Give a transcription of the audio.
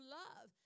love